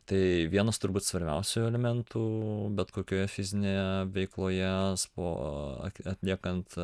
tai vienas turbūt svarbiausių elementų bet kokioje fizinėje veikloje o atliekant